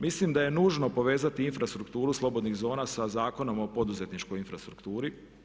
Mislim da je nužno povezati infrastrukturu slobodnih zona sa zakonom o poduzetničkoj infrastrukturi.